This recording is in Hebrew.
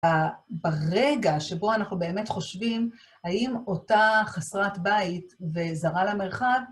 ברגע שבו אנחנו באמת חושבים, האם אותה חסרת בית וזרה למרחב,